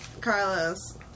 Carlos